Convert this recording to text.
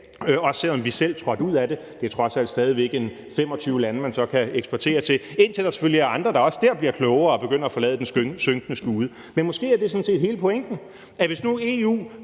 også selv om vi selv trådte ud af det? Det er trods alt stadig væk ca. 25 lande, man så kan eksportere til, indtil der selvfølgelig også er andre, der dér bliver klogere og begynder at forlade den synkende skude. Men måske er det sådan set hele pointen: Hvis nu EU